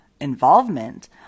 involvement